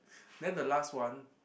then the last one